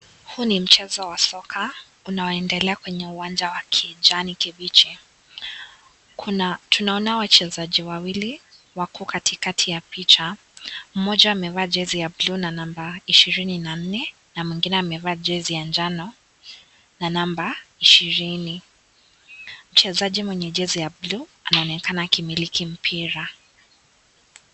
Huu ni mchezo wa soka unaoendelea kwenye uwanja wa kijani kibichi. Tunaona wachezaji wawili wako kati kati ya picha. Mmoja amevaa jesi ya buluu na namba ishirini na nne na mwingine amevaa jesi ya njano na namba ishirini . Mchezaji mwenye jesi ya buluu anaonekana akimiliki mpira.